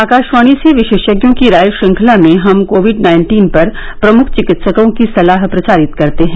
आकाशवाणी से विशेषज्ञों की राय श्रंखला में हम कोविड नाइन्टीन पर प्रमुख चिकित्सकों की सलाह प्रसारित करते हैं